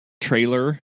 trailer